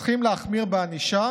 צריכים להחמיר בענישה